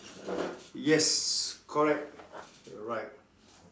yes correct you're right